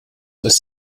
als